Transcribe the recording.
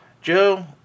Joe